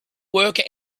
worker